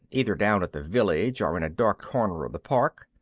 either down at the village or in a dark corner of the park.